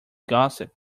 gossip